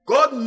God